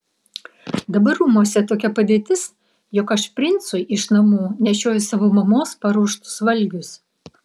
dabar rūmuose tokia padėtis jog aš princui iš namų nešioju savo mamos paruoštus valgius